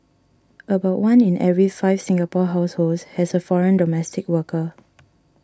about one in every five Singapore households has a foreign domestic worker